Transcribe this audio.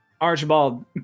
Archibald